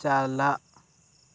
ᱪᱟᱞᱟᱜ